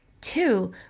Two